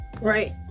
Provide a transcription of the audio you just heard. right